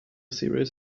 series